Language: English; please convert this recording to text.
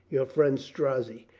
your friend strozzi.